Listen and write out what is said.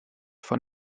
von